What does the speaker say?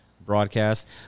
broadcast